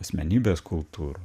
asmenybės kultūros